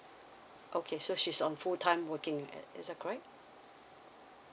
okay so she's on full time working is that correct